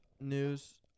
news